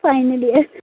final year